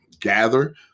gather